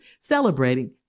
celebrating